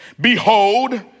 Behold